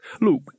Look